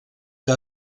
que